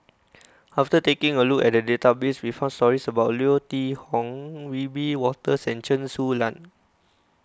after taking a look at the database we found stories about Leo Hee Tong Wiebe Wolters and Chen Su Lan